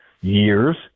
years